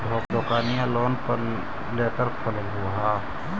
दोकनिओ लोनवे पर लेकर खोललहो हे?